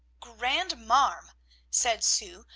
grandmarm! said sue,